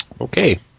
Okay